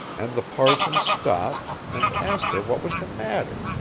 and the parson stopped, and asked her what was the matter,